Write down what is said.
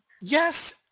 yes